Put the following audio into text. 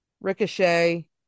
Ricochet